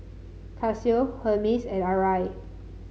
Casio Hermes and Arai